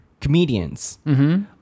comedians